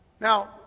Now